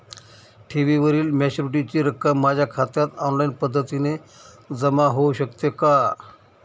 ठेवीवरील मॅच्युरिटीची रक्कम माझ्या खात्यात ऑनलाईन पद्धतीने जमा होऊ शकते का?